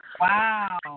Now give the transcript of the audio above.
Wow